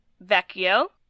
vecchio